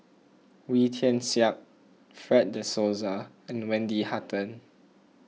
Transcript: Wee Tian Siak Fred De Souza and Wendy Hutton